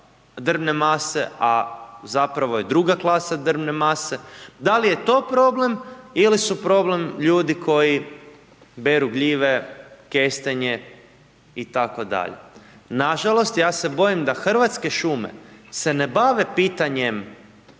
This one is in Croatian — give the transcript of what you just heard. drvne mase a zapravo je druga klasa drvne mase? Da li je to problem ili su problem ljudi koji beru gljive, kestenje itd.? Na žalost ja se bojim da Hrvatske šume se ne bave pitanjem